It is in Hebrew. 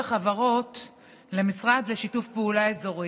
חבר הכנסת גלעד קריב,